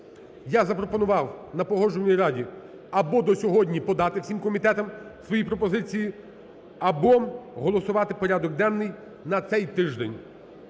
я запропонував на Погоджувальній раді, або до сьогодні подати всім комітетам свої пропозиції, або голосувати порядок денний на цей тиждень.